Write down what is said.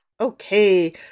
Okay